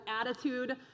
attitude